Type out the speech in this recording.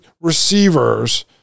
receivers